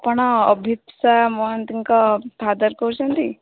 ଆପଣ ଅଭିପ୍ସା ମହାନ୍ତିଙ୍କ ଫାଦର୍ କହୁଛନ୍ତି